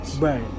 Right